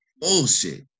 Bullshit